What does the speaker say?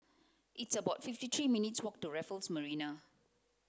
it's about fifty three minutes' walk to Raffles Marina